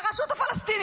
זה הרשות הפלסטינית.